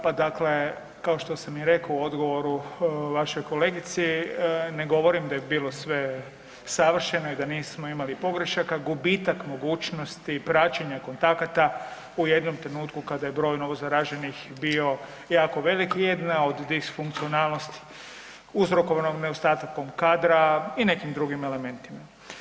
Pa dakle, kao što sam i rekao u odgovoru vašoj kolegici, ne govorim da je bilo sve savršeno i da nismo imali pogrešaka, gubitak mogućnosti praćenja kontakata u jednom trenutku kada je broj novo zaraženih bio jako velik i jedna od disfunkcionalnosti uzrokovanih nedostatkom kadra i nekim drugim elementima.